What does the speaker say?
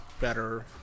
better